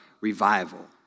revival